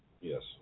Yes